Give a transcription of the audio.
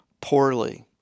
poorly